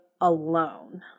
alone